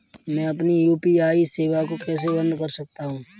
मैं अपनी यू.पी.आई सेवा को कैसे बंद कर सकता हूँ?